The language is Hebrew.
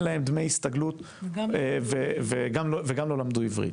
להם דמי הסתגלות וגם לא למדו עברית.